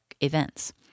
events